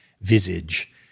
visage